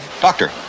Doctor